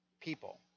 people